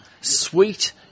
sweet